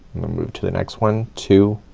i'm gonna move to the next one two